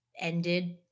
ended